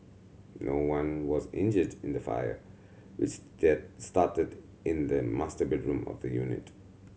no one was injured in the fire which get started in the master bedroom of the unit